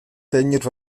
téměř